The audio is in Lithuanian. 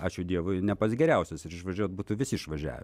ačiū dievui ne pats geriausias ir išvažiuot būtų visi išvažiavę